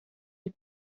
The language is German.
die